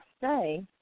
say